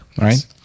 right